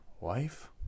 wife